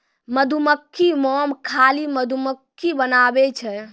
मधुमक्खी मोम खाली मधुमक्खिए बनाबै छै